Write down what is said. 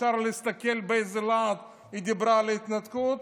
אפשר להסתכל באיזה להט היא דיברה על ההתנתקות?